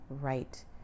right